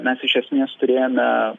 mes iš esmės turėjome